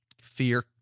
Fear